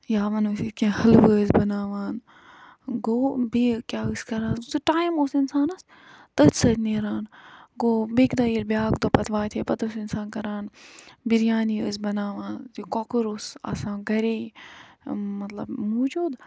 یا وَنو أسۍ کیاہ حٔلوٕ ٲسۍ بَناوان گوٚو بیٚیہِ کیاہ ٲسۍ کران سُہ ٹایم اوس اِنسانَس تٔتھۍ سۭتۍ نیران گوٚو بیٚکہِ دۄہ ییٚلہِ بیاکھ دۄہ واتہِ ہے پَتہٕ اوس اِنسان کران بِریانی ٲسۍ بَناوان یہِ کۄکُر اوس آسان یہِ گری مطلب موٗجوٗد